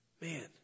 man